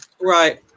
Right